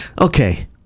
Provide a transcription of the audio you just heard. Okay